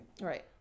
Right